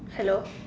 hello